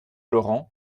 laurent